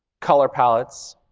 color palettes,